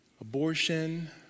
abortion